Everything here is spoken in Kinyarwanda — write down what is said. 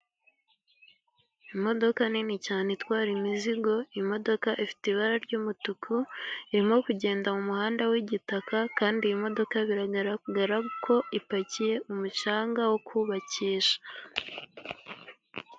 Imodoka nini cyane itwara imizigo, imodoka ifite ibara ry'umutuku irimo kugenda mu muhanda w'igitaka, kandi iyi modoka biragaragara ko ipakiye umucanga wo kubakisha.